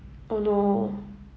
oh no